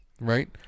right